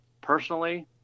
personally